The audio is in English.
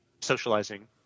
socializing